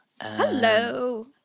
Hello